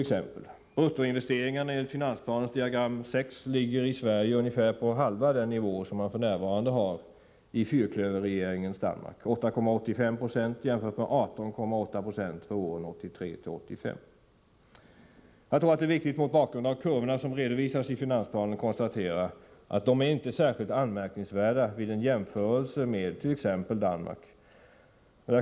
Bruttoinvesteringarna enligt finansplanens diagram 6 ligger i Sverige ungefär på halva den nivå som man f.n. har i fyrklöverregeringens Danmark — 8,85 26 jämfört med 18,8 96 för åren 1983-1985. Det är viktigt att konstatera att de kurvor som redovisas i finansplanen inte är särskilt anmärkningsvärda vid en jämförelse med motsvarigheten i t.ex. Danmark.